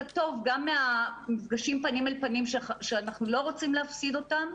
הטוב גם מהמפגשים פנים אל פנים שאנחנו לא רוצים להפסיד אותם,